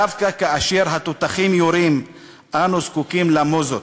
דווקא כאשר התותחים יורים אנו זקוקים למוזות,